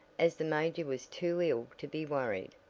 as the major was too ill to be worried,